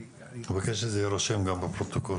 אני מבקש שזה יירשם גם בפרוטוקול.